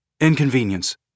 Inconvenience